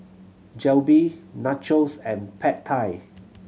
Jalebi Nachos and Pad Thai